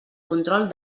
control